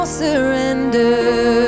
surrender